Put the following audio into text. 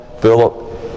Philip